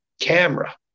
camera